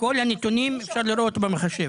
כל הנתונים אפשר לראות במחשב.